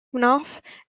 knopf